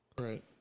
Right